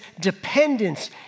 dependence